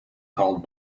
called